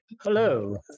Hello